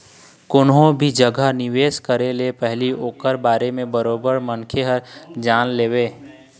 कोनो भी जघा निवेश करे ले पहिली ओखर बारे म बरोबर मनखे ह जान लेवय